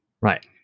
Right